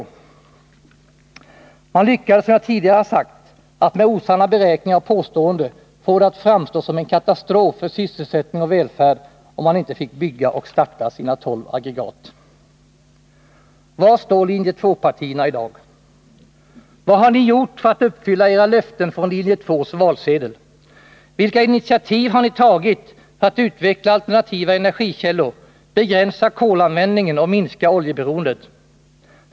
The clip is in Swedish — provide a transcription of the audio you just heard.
Och man lyckades, som jag tidigare sagt, att med osanna beräkningar och påståenden få det att framstå som en katastrof för sysselsättning och välfärd, om man inte fick bygga och starta sina tolv aggregat. Var står linje 2-partierna i dag? Vad har ni gjort för att uppfylla era löften på linje 2:s valsedel? Vilka initiativ har ni tagit för att utveckla alternativa energikällor, begränsa kolanvändningen och minska oljeberoendet?